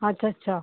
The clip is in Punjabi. ਅੱਛਾ ਅੱਛਾ